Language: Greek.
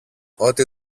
ότι